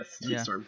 yes